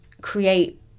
create